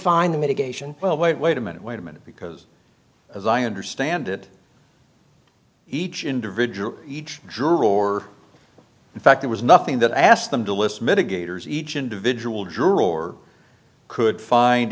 find the mitigation well wait wait a minute wait a minute because as i understand it each individual each drawer in fact there was nothing that i asked them to list mitigators each individual juror or could find